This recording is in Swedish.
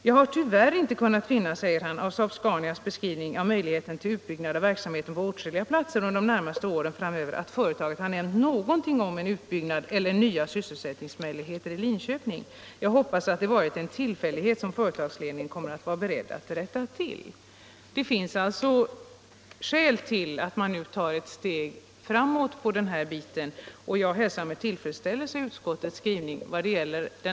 ”Jag har tyvärr inte kunnat finna”, sade han, ”av SAAB-SCANIA:s beskrivning av möjligheterna till utbyggnad av verksamheten på åtskilliga platser under de närmaste åren framöver att företaget har nämnt någonting om en utbyggnad eller nya sysselsättningsmöjligheter i Linköping. Jag hoppas att det har varit en tillfällighet som företagsledningen kommer att vara beredd att rätta till.” Det finns skäl till att man nu tar ett steg framåt på detta område, och jag hälsar med tillfredsställelse utskottets skrivning om motion 1679.